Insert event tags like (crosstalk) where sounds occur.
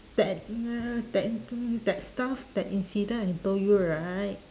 that (noise) that (noise) that stuff that incident I told you right